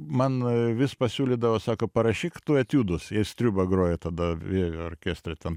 man vis pasiūlydavo sako parašyk tu etiudus jis triūba grojo tada vievio orkestre ten